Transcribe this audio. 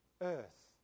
Earth